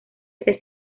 este